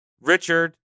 Richard